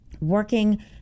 working